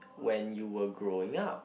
when you were growing up